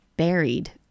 Buried